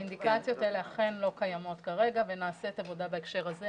האינדיקציות האלה אכן לא קיימות כרגע ונעשית עבודה בהקשר הזה.